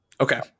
Okay